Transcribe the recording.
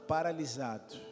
Paralisado